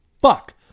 Fuck